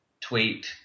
tweet